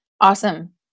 Awesome